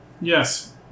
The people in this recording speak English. Yes